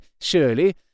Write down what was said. surely